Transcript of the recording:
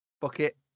Bucket